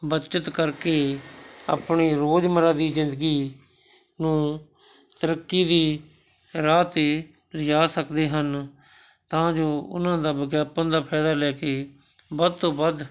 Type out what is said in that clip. ਬੱਚਤ ਕਰਕੇ ਆਪਣੀ ਰੋਜ਼ਮਰਾ ਦੀ ਜ਼ਿੰਦਗੀ ਨੂੰ ਤਰੱਕੀ ਦੀ ਰਾਹ 'ਤੇ ਲਿਜਾ ਸਕਦੇ ਹਨ ਤਾਂ ਜੋ ਉਹਨਾਂ ਦਾ ਵਿਗਿਆਪਨ ਦਾ ਫਾਇਦਾ ਲੈ ਕੇ ਵੱਧ ਤੋਂ ਵੱਧ